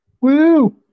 Woo